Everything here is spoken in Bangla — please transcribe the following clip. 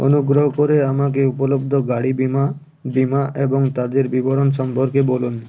অনুগ্রহ করে আমাকে উপলব্ধ গাড়ি বিমা বিমা এবং তাদের বিবরণ সম্পর্কে বলুন